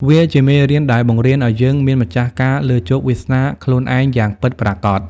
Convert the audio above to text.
វាជាមេរៀនដែលបង្រៀនឱ្យយើងមានម្ចាស់ការលើជោគវាសនាខ្លួនឯងយ៉ាងពិតប្រាកដ។